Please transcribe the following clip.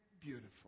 beautiful